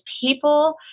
people